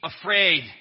afraid